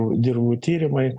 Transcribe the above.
dirvų tyrimai